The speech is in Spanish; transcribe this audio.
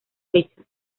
fecha